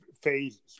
phases